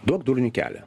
duok durniui kelią